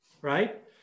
right